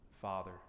Father